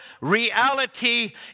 reality